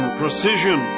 precision